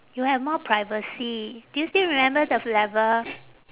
you have more privacy do you still remember the f~ level